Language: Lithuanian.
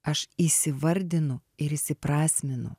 aš įsivardinu ir įsiprasminu